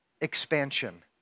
expansion